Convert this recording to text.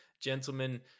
gentlemen